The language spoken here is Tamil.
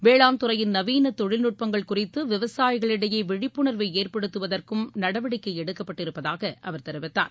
வேளாண் துறையின் நவீன தொழில்நுட்பங்கள் குறித்து விவசாயிகளிடையே விழிப்புணர்வை ஏற்படுத்துவதற்கும் நடவடிக்கை எடுக்கப்பட்டிருப்பதாக அவர் தெரிவித்தார்